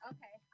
Okay